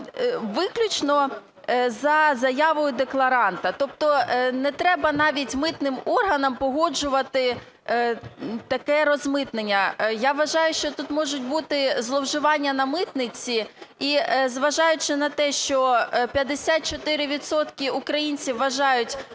виключно за заявою декларанта, тобто не треба навіть митним органам погоджувати таке розмитнення. Я вважаю, що тут можуть бути зловживання на митниці. І зважаючи на те, що 54 відсотки українців вважають